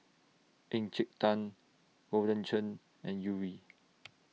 Encik Tan Golden Churn and Yuri